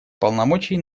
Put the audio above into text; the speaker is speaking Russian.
полномочий